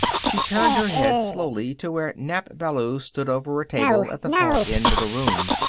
she turned her head slowly to where nap ballou stood over a table at the far end of the room.